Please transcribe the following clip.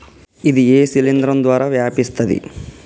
ఇది ఏ శిలింద్రం ద్వారా వ్యాపిస్తది?